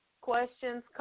questions